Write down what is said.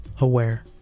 aware